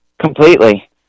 Completely